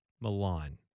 Milan